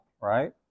right